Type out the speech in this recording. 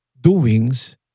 doings